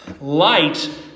Light